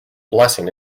blessing